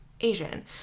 Asian